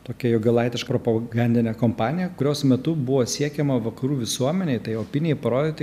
tokią jogailaitiš propagandinę kompaniją kurios metu buvo siekiama vakarų visuomenei tai opinijai parodyti